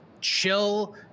chill